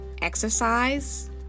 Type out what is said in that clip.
exercise